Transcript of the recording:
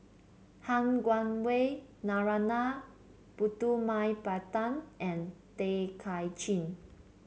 Han Guangwei Narana Putumaippittan and Tay Kay Chin